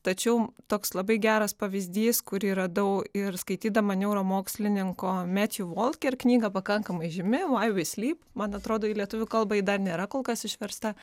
tačiau toks labai geras pavyzdys kurį radau ir skaitydama neuromokslininko metju volker knygą pakankamai žymi vai vi slyp man atrodo į lietuvių kalbą ji dar nėra kol kas išversta